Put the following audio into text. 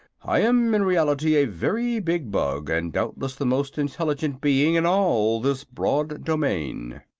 i am, in reality, a very big bug, and doubtless the most intelligent being in all this broad domain.